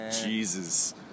Jesus